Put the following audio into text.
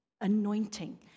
anointing